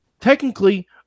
Technically